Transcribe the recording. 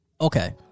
okay